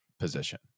Position